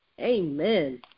Amen